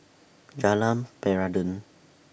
Jalan Peradun